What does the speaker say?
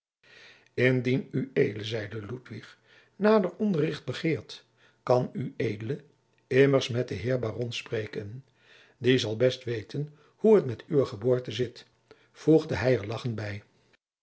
indien ued zeide ludwig nader onderricht begeert kan ued immers met den heer baron spreken die zal best weten hoe het met uwe geboorte zit voegde hij er lagchend bij